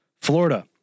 Florida